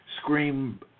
scream